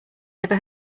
never